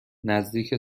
نزدیک